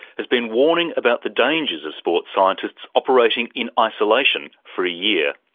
has been warning about the dangers of sports scientists operating in isolation for a year.